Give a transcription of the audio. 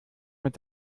mit